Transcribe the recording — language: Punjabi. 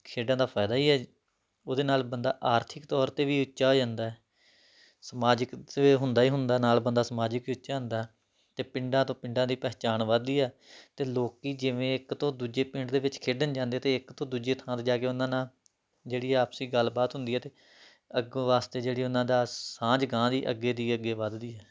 ਖੇਡਾਂ ਦਾ ਫਾਇਦਾ ਹੀ ਹੈ ਉਹਦੇ ਨਾਲ ਬੰਦਾ ਆਰਥਿਕ ਤੌਰ 'ਤੇ ਵੀ ਉੱਚਾ ਹੋ ਜਾਂਦਾ ਸਮਾਜਿਕ 'ਚ ਵੀ ਹੁੰਦਾ ਹੀ ਹੁੰਦਾ ਨਾਲ ਬੰਦਾ ਸਮਾਜਿਕ 'ਚ ਵੀ ਉੱਚਾ ਹੁੰਦਾ ਅਤੇ ਪਿੰਡਾਂ ਤੋਂ ਪਿੰਡਾਂ ਦੀ ਪਹਿਚਾਣ ਵੱਧਦੀ ਆ ਅਤੇ ਲੋਕ ਜਿਵੇਂ ਇੱਕ ਤੋਂ ਦੂਜੇ ਪਿੰਡ ਦੇ ਵਿੱਚ ਖੇਡਣ ਜਾਂਦੇ ਤਾਂ ਇੱਕ ਤੋਂ ਦੂਜੀ ਥਾਂ 'ਤੇ ਜਾ ਕੇ ਉਹਨਾਂ ਨਾਲ ਜਿਹੜੀ ਆਪਸੀ ਗੱਲਬਾਤ ਹੁੰਦੀ ਹੈ ਅਤੇ ਅੱਗੋਂ ਵਾਸਤੇ ਜਿਹੜੀ ਉਹਨਾਂ ਦਾ ਸਾਂਝ ਅਗਾਂਹ ਦੀ ਅੱਗੇ ਦੀ ਅੱਗੇ ਵੱਧਦੀ ਹੈ